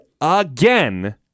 again